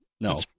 No